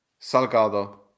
Salgado